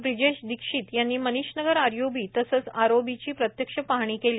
ब्रिजेश दिक्षित यांनी मनीष नगर आरय्बी तसेच आरओबीची प्रत्यक्ष पाहणी केली